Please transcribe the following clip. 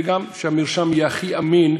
גם כדי שהמרשם יהיה הכי אמין,